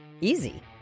easy